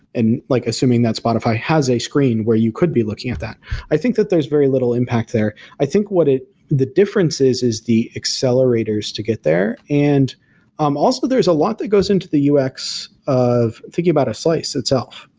and like assuming that spotify has a screen where you could be looking at that i think that there's very little impact there. i think what the difference is is the accelerators to get there. and um also, there's a lot that goes into the ux of thinking about a slice itself,